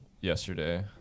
yesterday